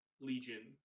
legion